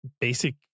basic